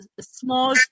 small